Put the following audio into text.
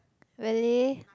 really